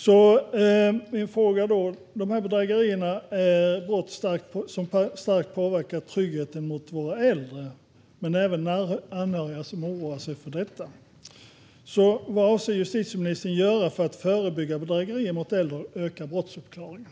Dessa bedrägerier och brott påverkar starkt tryggheten för våra äldre, men även anhöriga oroar sig för detta. Vad avser justitieministern att göra för att förebygga bedrägerier mot äldre och öka brottsuppklaringen?